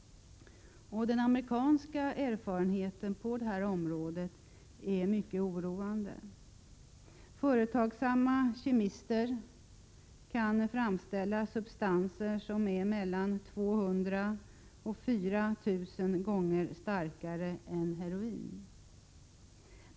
Den amerikanska erfarenheten på detta område är mycket oroande. Företagsamma kemister kan framställa substanser som är mellan 200 och 4 000 gånger starkare än heroin.